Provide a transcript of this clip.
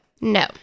No